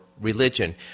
religion